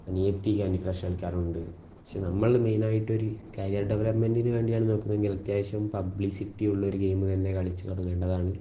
അനിയത്തി candy crush കളിക്കാറുണ്ട് പക്ഷെ നമ്മള് മെയ്നായിട്ടൊരു കരിയർ ഡെവലപ്പ്മെന്റിനു വേണ്ടിയാണ് നോക്കുന്നതെങ്കിൽ അത്യാവശ്യം പബ്ലിസിറ്റിയുള്ളൊരു ഗെയിമ് തന്നെ കളിച്ച് തുടങ്ങേണ്ടതാണ്